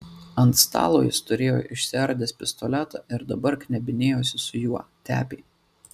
ant stalo jis turėjo išsiardęs pistoletą ir dabar knebinėjosi su juo tepė